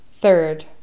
Third